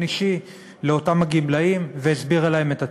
אישי לאותם גמלאים והסבירה להם את הצורך.